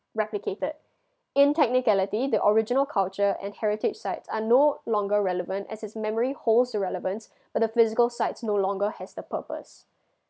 replicated in technicality the original culture and heritage sites are no longer relevant as it's memory holds the relevance but the physical sites no longer has the purpose